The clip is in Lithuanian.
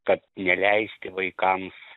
kad neleisti vaikams